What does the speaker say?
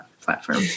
platform